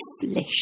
flesh